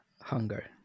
hunger